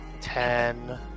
ten